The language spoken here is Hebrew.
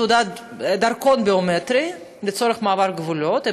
דרכון ביומטרי לצורך מעבר גבולות,